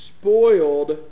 spoiled